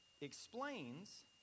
explains